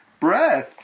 breath